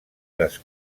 les